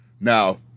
Now